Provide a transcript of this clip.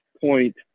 point